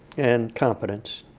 and confidence.